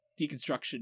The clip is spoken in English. deconstruction